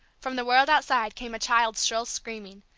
from the world outside came a child's shrill screaming,